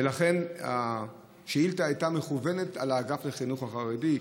ולכן השאילתה הייתה מכוונת לאגף לתכנון החרדי,